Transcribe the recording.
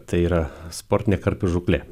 tai yra sportinė karpių žūklė